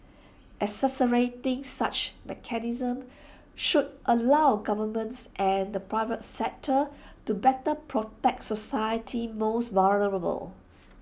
accelerating such mechanisms should allow governments and the private sector to better protect society's most vulnerable